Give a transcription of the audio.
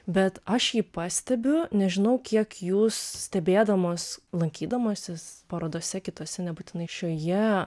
bet aš jį pastebiu nežinau kiek jūs stebėdamos lankydamosis parodose kituose nebūtinai šioje